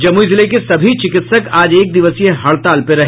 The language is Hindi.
जमुई जिले के सभी चिकित्सक आज एक दिवसीय हड़ताल पर रहे